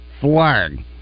flag